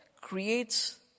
creates